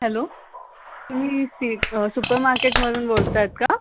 hello तुम्ही सी super मार्केटमधून बोलत आहेत का